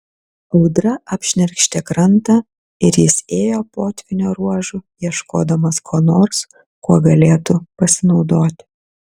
audra apšnerkštė krantą ir jis ėjo potvynio ruožu ieškodamas ko nors kuo galėtų pasinaudoti